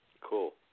Cool